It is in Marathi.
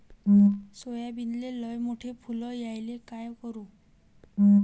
सोयाबीनले लयमोठे फुल यायले काय करू?